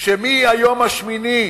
שמהיום השמיני,